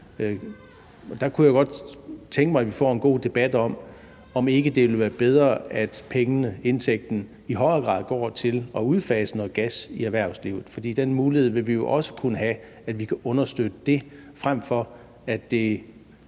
Der kunne jeg godt tænke mig, at vi får en god debat om, om det ikke vil være bedre, at pengene, indtægten, i højere grad går til at udfase noget gas i erhvervslivet. For den mulighed vil vi jo også kunne have, altså at vi kan understøtte det, frem for at det